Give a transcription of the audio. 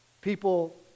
people